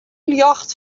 ljocht